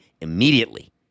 immediately